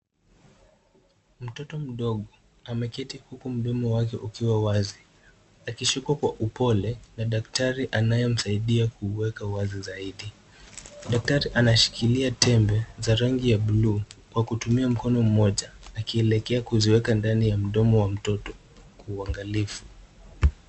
Mtoto mdogo ameketi huku mdomo wake ukiwa wazi, akishikwa kwa upole na daktari anayemsaidia kuweka wazi zaidi. Daktari anashikilia tembe, za rangi za buluu, kwa kutumia mkono moja, akielekea kuziweka ndani ya mdomo wa mtoto kwa uangalifu.